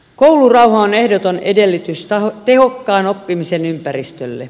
koulurauha on ehdoton edellytys tehokkaan oppimisen ympäristölle